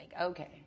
okay